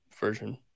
version